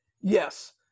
Yes